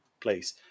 place